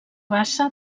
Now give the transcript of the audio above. bassa